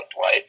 Dwight